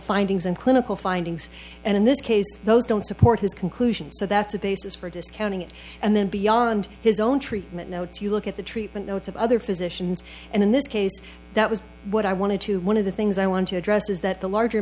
findings and clinical findings and in this case those don't support his conclusions so that's a basis for discounting it and then beyond his own treatment notes you look at the treatment notes of other physicians and in this case that was what i wanted to one of the things i want to address is that the larger